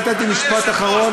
הכנסת חסון, אפשר משפט אחרון?